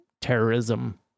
terrorism